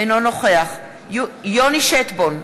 אינו נוכח יוני שטבון,